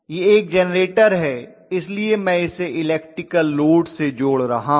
यह एक जेनरेटर है इसलिए मैं इसे इलेक्ट्रिकल लोड से जोड़ रहा हूँ